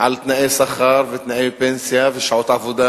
על תנאי שכר ותנאי פנסיה ושעות עבודה.